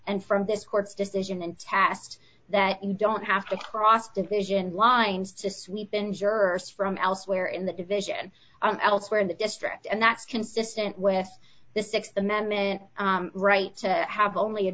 and from this court's decision and cast that you don't have to cross division lines to sweep in jurors from elsewhere in the division and elsewhere in the district and that's consistent with the th amendment right to have only a